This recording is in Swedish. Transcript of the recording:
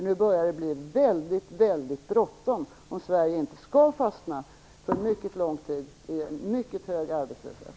Nu börjar det bli väldigt bråttom om Sverige inte för mycket lång tid skall fastna i en mycket hög arbetslöshet.